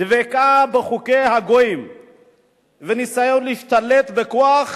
דבקות בחוקי הגויים וניסיון להשתלט, בכוח